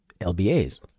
lbas